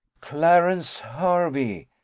clarence hervey!